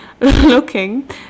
looking